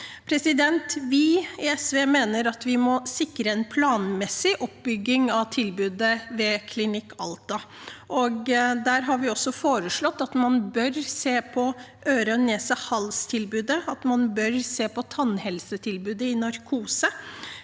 ved DPS. Vi i SV mener at vi må sikre en planmessig oppbygging av tilbudet ved Klinikk Alta. Vi har også foreslått at man bør se på øre-nese-hals-tilbudet, og at man bør se på tilbudet for